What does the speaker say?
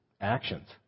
actions